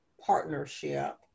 partnership